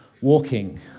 walking